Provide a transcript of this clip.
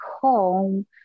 home